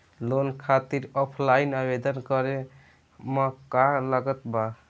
Loan खातिर offline आवेदन करे म का का लागत बा?